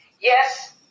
Yes